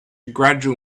gradual